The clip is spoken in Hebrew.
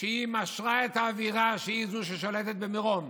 שמשרה את האווירה שהיא ששולטת במירון,